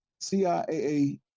CIAA